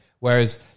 Whereas